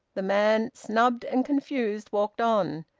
the man, snubbed and confused, walked on,